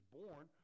born